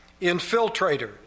infiltrators